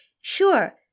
sure